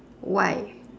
why